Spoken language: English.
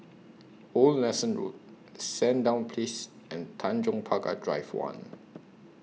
Old Nelson Road Sandown Place and Tanjong Pagar Drive one